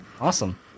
Awesome